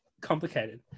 complicated